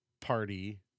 Party